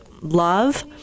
love